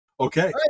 Okay